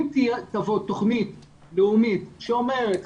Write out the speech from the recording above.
אם תבוא תוכנית לאומית שאומרת,